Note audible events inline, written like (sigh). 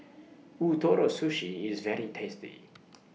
(noise) Ootoro Sushi IS very tasty